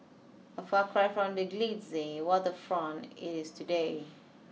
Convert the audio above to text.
a far cry from the glitzy waterfront it is today